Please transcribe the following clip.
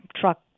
truck